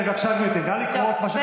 בבקשה, גברתי, נא לקרוא את מה שכתוב בדיוק.